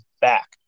back